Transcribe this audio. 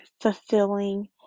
fulfilling